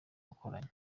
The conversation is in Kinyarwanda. bakoranye